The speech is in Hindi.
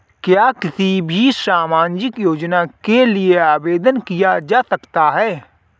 क्या किसी भी सामाजिक योजना के लिए आवेदन किया जा सकता है?